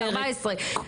זה בלתי אפשרי.